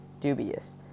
dubious